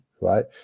right